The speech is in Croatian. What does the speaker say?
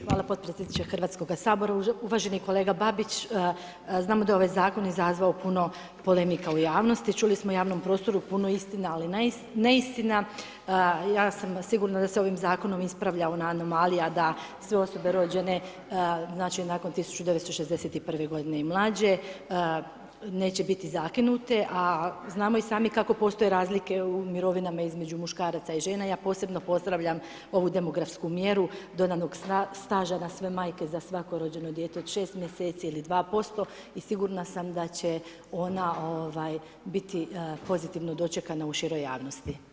Hvala podpredsjedniče Hrvatskoga sabora, uvaženi kolega Babić znamo da je ovaj zakon izazvao puno polemika u javnosti, čuli smo u javnom prostoru puno istina ali i neistina, ja sam siguran da se ovim zakonom ispravlja ona anomalija da sve osobe rođene nakon znači 1961. godine i mlađe neće biti zakinute, a znamo i sami kako postoje razlike u mirovinama između muškaraca i žena, ja posebno pozdravljam ovu demografsku mjeru, dodano staža na sve majke za svako rođeno dijete od 6 mjeseci ili 2% i sigurna sam da će ona ovaj biti pozitivno dočekana u široj javnosti.